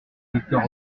conducteurs